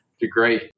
degree